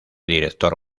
director